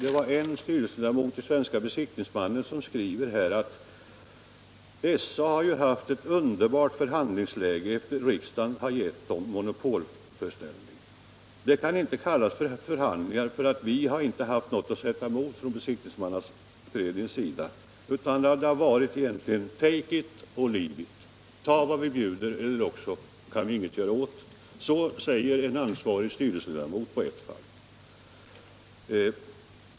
En styrelseledamot i Svenska besikt — ordningar ningsmannaföreningen skriver: SA har haft ett underbart förhandlingsläge, eftersom riksdagen har givit bolaget monopolställning. Vad som förevarit kan inte kallas förhandlingar — vi har från Besiktningsmannaföreningens sida inte haft någonting att sätta emot. Det har varit: Take it or leave it. Ta vad vi bjuder, eller vi kan inte göra någonting åt det! — Så säger en ansvarig styrelseledamot.